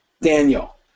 Daniel